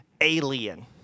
alien